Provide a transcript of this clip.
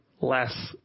less